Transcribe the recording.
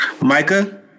Micah